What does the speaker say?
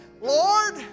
Lord